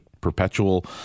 perpetual